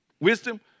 wisdom